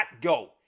go